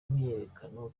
imyiyerekano